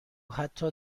حتی